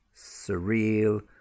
surreal